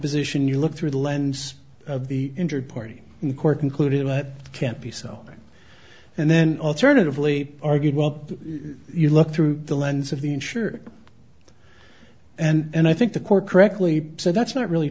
position you look through the lens of the injured party in court concluded what can't be so and then alternatively argued well you look through the lens of the insured and i think the court correctly said that's not really